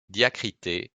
diacritée